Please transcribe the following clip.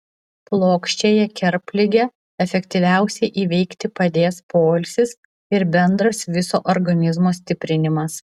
plokščiąją kerpligę efektyviausiai įveikti padės poilsis ir bendras viso organizmo stiprinimas